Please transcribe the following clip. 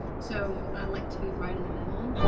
so i like to be right in the middle.